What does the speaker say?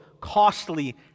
costly